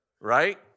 Right